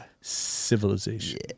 civilization